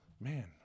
Man